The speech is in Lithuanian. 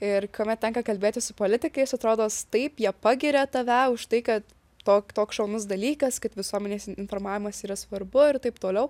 ir kuomet tenka kalbėtis su politikais atrodos taip jie pagiria tave už tai kad tok toks šaunus dalykas kad visuomenės in informavimas yra svarbu ir taip toliau